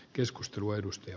arvoisa puhemies